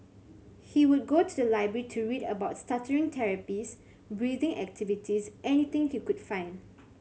he would go to the library to read about stuttering therapies breathing activities anything he could find